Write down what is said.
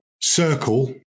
circle